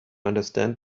understand